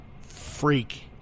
freak